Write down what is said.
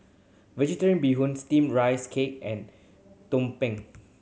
Vegetarian Bee Hoon Steamed Rice Cake and tumpeng